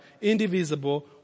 indivisible